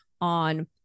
on